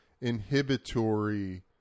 inhibitory